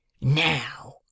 Now